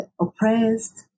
oppressed